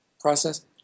process